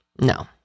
No